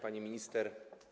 Pani Minister!